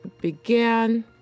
began